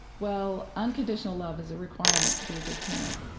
well, unconditional love is a requirement to be a good parent,